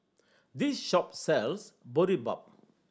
this shop sells Boribap